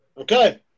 Okay